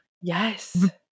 Yes